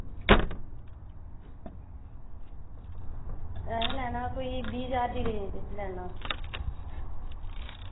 असैं लैना कोई बीह् ज्हार दी रेंज च लैना